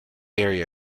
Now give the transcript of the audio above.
area